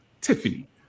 tiffany